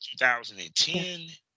2010